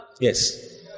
Yes